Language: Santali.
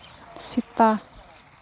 ᱥᱮᱛᱟ